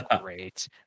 great